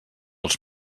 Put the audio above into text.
els